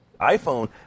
iPhone